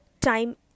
time